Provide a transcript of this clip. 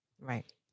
Right